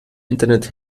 internet